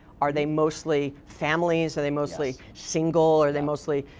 are they mostly families, are they mostly single, are they mostly,